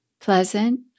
pleasant